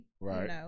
Right